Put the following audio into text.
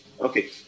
okay